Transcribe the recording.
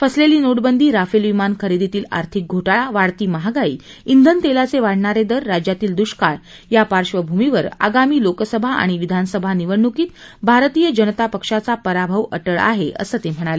फसलेली नोटबंदी राफेल विमान खरेदीतील अर्थिक घोटाळा वाढती महागाई ब्रेन तेलाचे वाढणारे दर राज्यातील दुष्काळ या पार्धभूमीवर आगामी लोकसभा आणि विधानसभा निवडणूकीत भारतीय जनता पक्षाचा पराभव अटळ आहे असं ते म्हणाले